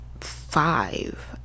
five